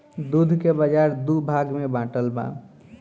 दूध के बाजार दू भाग में बाटल बा